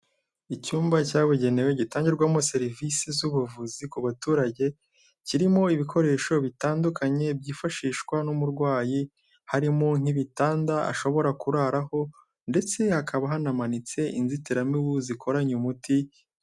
Icyumba cyabugenewe gitangirwamo serivisi z'ubuvuzi ku baturage, kirimo ibikoresho bitandukanye byifashishwa n'umurwayi, harimo nk'ibitanda ashobora kuraraho ndetse hakaba hanamanitse inzitiramibu zikoranye umuti...